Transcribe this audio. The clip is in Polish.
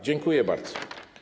Dziękuję bardzo.